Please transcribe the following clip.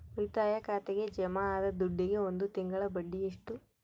ಉಳಿತಾಯ ಖಾತೆಗೆ ಜಮಾ ಆದ ದುಡ್ಡಿಗೆ ಒಂದು ತಿಂಗಳ ಬಡ್ಡಿ ಎಷ್ಟು?